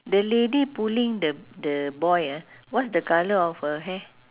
the lady pulling the the boy ah what's the colour of her hair